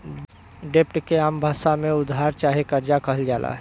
डेब्ट के आम भासा मे उधार चाहे कर्जा कहल जाला